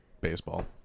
baseball